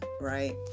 right